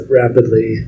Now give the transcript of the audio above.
rapidly